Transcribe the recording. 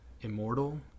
immortal